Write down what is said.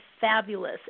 fabulous